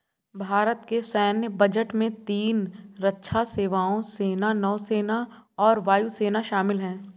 भारत के सैन्य बजट में तीन रक्षा सेवाओं, सेना, नौसेना और वायु सेना शामिल है